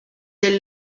elle